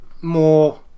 more